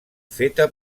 feta